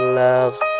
loves